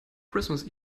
christmas